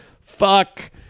fuck